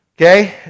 okay